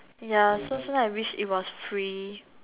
ya so so I wish it was free